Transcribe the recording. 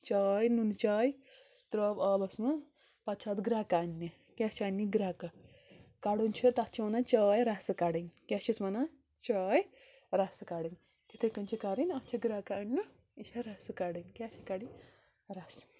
چاے نُنٛنہٕ چاے تراو آبَس منٛز پَتہٕ چھِ اَتھ گرکہٕ اَنٛنہِ کیٛاہ چھِ اَنٛنہِ گرکہٕ کَڑُن چھُ تَتھ چھِ وَنان چاے رَسہٕ کَڑٕنۍ کیٛاہ چھِس وَنان چاے رَسہٕ کَڑٕنۍ تِتھٕے کٔنۍ چھِ کَڑٕنۍ اَتھ چھِ گرکہٕ اَنٛنہِ یہِ چھِ رَسہٕ کَڑٕنۍ کیٛاہ چھِ کَڑٕنۍ رَسہٕ